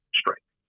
strength